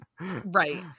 Right